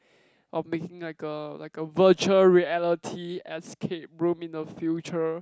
of making like a like a virtual reality escape room in the future